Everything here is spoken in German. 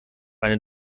eine